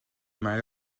mae